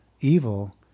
evil